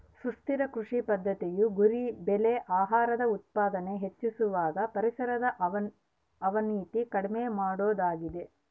ಸುಸ್ಥಿರ ಕೃಷಿ ಪದ್ದತಿಯ ಗುರಿ ಬೆಳೆ ಆಹಾರದ ಉತ್ಪಾದನೆ ಹೆಚ್ಚಿಸುವಾಗ ಪರಿಸರದ ಅವನತಿ ಕಡಿಮೆ ಮಾಡೋದಾಗಿದೆ